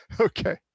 Okay